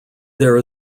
there